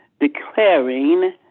declaring